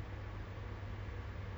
ya ya you know the kalau